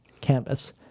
canvas